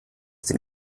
den